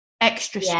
Extra